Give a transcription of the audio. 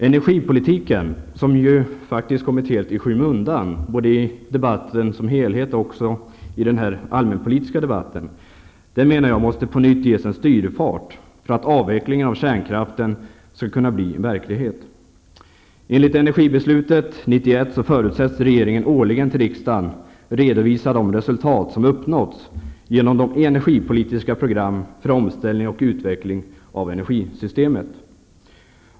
Energipolitiken, som ju faktiskt kommit helt i skymundan både i debatten som helhet och i den här allmänpolitiska debatten, måste på nytt ges en styrfart för att avvecklingen av kärnkraften skall kunna bli verklighet. Enligt energibeslutet 1991 förutsätts regeringen årligen inför riksdagen redovisa de resultat som uppnåtts genom energipolitiska program för omställning och utveckling av energisystemet.